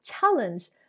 challenge